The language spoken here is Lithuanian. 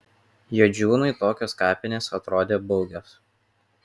juodžiūnui tokios kapinės atrodė baugios